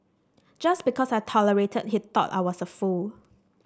just because I tolerated he thought I was a fool